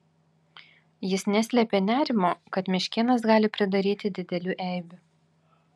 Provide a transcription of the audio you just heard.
jis neslėpė nerimo kad meškėnas gali pridaryti didelių eibių